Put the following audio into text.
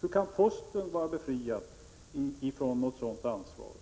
Hur kan posten vara befriad från ett sådant ansvar?